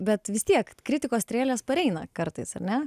bet vis tiek kritikos strėlės pareina kartais ar ne